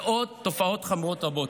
ועוד תופעות חמורות רבות,